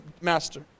master